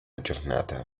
giornata